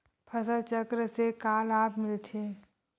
फसल चक्र से का लाभ मिलथे?